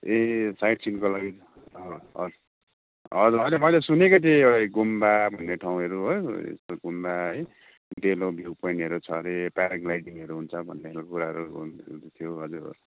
ए site सिनको लागि हजुर हजुर मैले सुनेको थिए यो गुम्बा भन्ने ठाउँहरू है यस्तो गुम्बा है डेलो भ्यु पोइन्टहरू छ अरे प्याराग्लाइडिङहरू हुन्छ भन्ने खालको कुराहरू थियो हजुर